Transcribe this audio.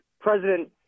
President